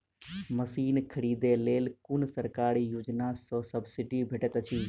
Machine खरीदे लेल कुन सरकारी योजना सऽ सब्सिडी भेटैत अछि?